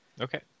Okay